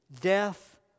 Death